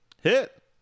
hit